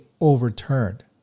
overturned